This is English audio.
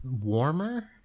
warmer